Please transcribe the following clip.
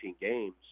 games